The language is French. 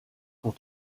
pour